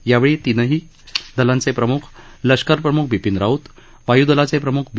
यावेळी तीनही दलाचे लष्कर प्रमुख बिपीन राऊत वायूदलाचे प्रमुख बि